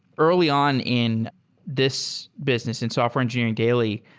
early on in this business, in software engineering daily,